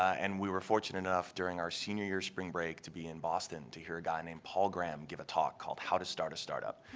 and we were fortunate enough during our senior year spring break to be in boston to hear a guy named paul graham give a talk called how to start a startup.